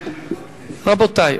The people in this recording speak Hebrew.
רבותי,